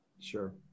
sure